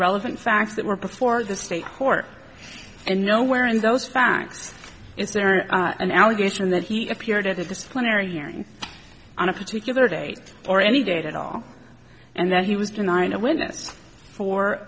relevant facts that were before the state court and nowhere in those facts is there an allegation that he appeared at the disciplinary hearing on a particular date or any date at all and that he was denying a witness for